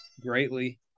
greatly